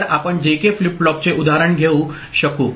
तर आपण JK flip फ्लॉपचे उदाहरण घेऊ शकू